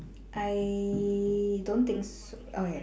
I don't think so okay